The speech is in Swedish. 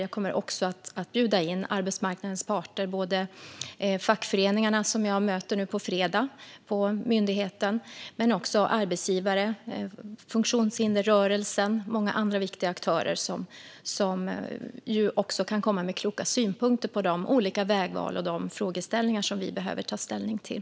Jag kommer också att bjuda in arbetsmarknadens parter - såväl fackföreningarna, som jag har möte med på myndigheten nu på fredag, som arbetsgivare, funktionshindersrörelsen och många andra viktiga aktörer som kan komma med kloka synpunkter på de olika vägval och de frågeställningar som vi behöver ta ställning till.